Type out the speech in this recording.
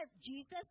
Jesus